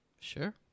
Sure